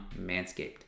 Manscaped